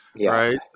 right